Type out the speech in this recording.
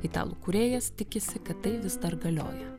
italų kūrėjas tikisi kad tai vis dar galioja